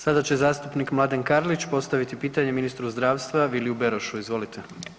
Sada će zastupnik Mladen Karlić postavit pitanje ministru zdravstva, Viliju Berošu, izvolite.